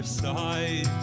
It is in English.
side